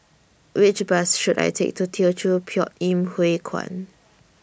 Which Bus should I Take to Teochew Poit Ip Huay Kuan